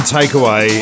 takeaway